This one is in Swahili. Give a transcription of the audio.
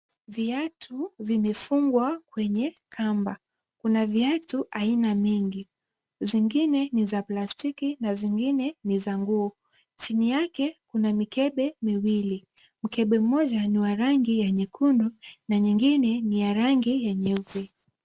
Viatu vimefungwa kwenye kamba, kuna viatu aina mingi. Zingine ni za plastiki na zingine ni za nguo. Chini yake kuna mikebe miwili. Mkebe mmoja ni wa rangi ya nyekundu na nyingine ni ya rangi ya nyeusi.